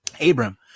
Abram